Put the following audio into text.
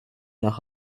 nach